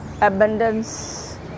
abundance